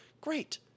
Great